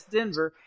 Denver